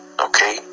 Okay